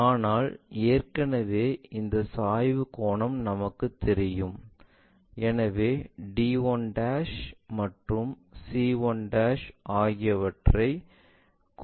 ஆனால் ஏற்கனவே இந்த சாய்வு கோணம் நமக்குத் தெரியும் எனவே d 1 மற்றும் c 1 ஆகியவற்றைக் குறிக்க முடியும்